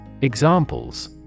Examples